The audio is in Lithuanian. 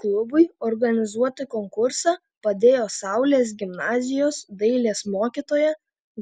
klubui organizuoti konkursą padėjo saulės gimnazijos dailės mokytoja